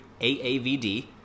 AAVD